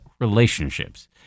relationships